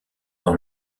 dans